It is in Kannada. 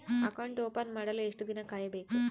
ಅಕೌಂಟ್ ಓಪನ್ ಮಾಡಲು ಎಷ್ಟು ದಿನ ಕಾಯಬೇಕು?